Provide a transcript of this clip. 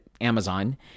Amazon